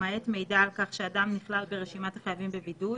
למעט מידע על כך שאדם הגבלת נכלל ברשימת החייבים בבידוד,